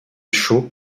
chauds